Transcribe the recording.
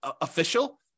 official